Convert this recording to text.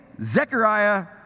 Zechariah